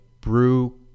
brew